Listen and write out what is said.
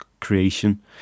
creation